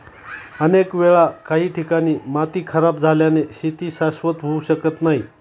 अनेक वेळा काही ठिकाणी माती खराब झाल्याने शेती शाश्वत होऊ शकत नाही